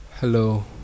Hello